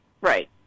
right